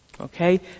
okay